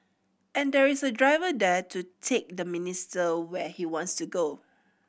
and there is a driver there to take the minister where he wants to go